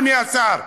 אדוני השר,